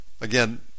Again